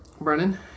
Brennan